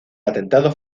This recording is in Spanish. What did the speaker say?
atentado